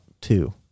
two